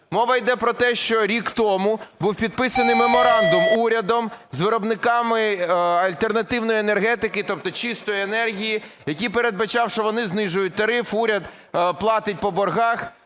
Мова йде про те, що рік тому був підписаний Меморандум урядом з виробниками альтернативної енергетики, тобто чистої енергії, який передбачав, що вони знижують тариф, уряд платить по боргах.